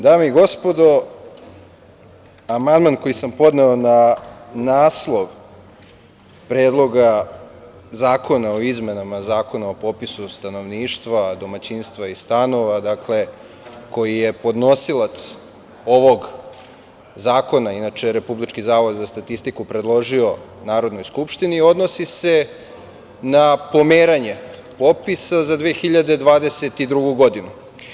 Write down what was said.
Dame i gospodo, amandman koji sam podneo na naslov Predloga zakona o izmenama Zakona o popisu stanovništva, domaćinstva i stanova, koji je podnosilac ovog zakona inače Republički zavod za statistiku predložio je Narodnoj skupštini, odnosi se na pomeranje popisa za 2022. godinu.